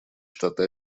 штаты